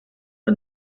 for